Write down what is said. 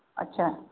আচ্চা